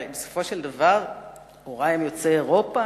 הרי בסופו של דבר הורי הם יוצאי אירופה,